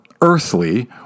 earthly